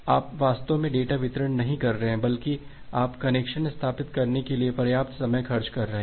आप वास्तव में डेटा वितरण नहीं कर रहे हैं बल्कि आप कनेक्शन स्थापित करने के लिए पर्याप्त समय खर्च कर रहे हैं